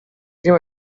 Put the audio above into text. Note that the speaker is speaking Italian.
prima